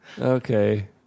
okay